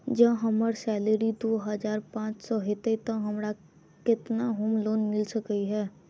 जँ हम्मर सैलरी दु हजार पांच सै हएत तऽ हमरा केतना होम लोन मिल सकै है?